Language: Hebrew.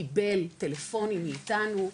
קיבל טלפונים מאיתנו,